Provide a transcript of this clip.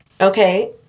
okay